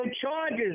charges